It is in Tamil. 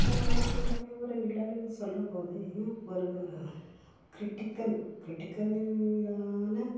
அதாவது கூடவே ஒரு நிழலுன் சொல்லும்போது ஒரு க்ரிட்டிக்கல் க்ரிட்டிக்கல்னால்